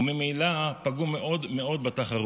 וממילא פגעו מאוד מאוד בתחרות.